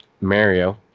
Mario